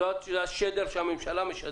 זה השדר של הממשלה,